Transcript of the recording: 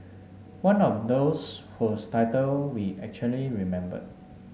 one of those whose title we actually remembered